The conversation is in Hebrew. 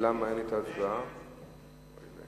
ההסתייגות של קבוצת סיעת חד"ש לסעיף 16 לא נתקבלה.